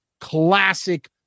classic